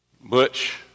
Butch